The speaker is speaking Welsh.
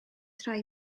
rhai